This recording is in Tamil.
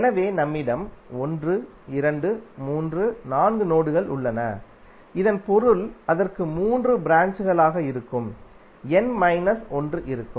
எனவே நம்மிடம் 1234 நோடுகள் உள்ளன இதன் பொருள் அதற்கு மூன்று ப்ராஞ்ச்களாக இருக்கும் n மைனஸ் ஒன்று இருக்கும்